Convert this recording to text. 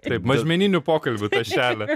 taip mažmeninių pokalbių tašelę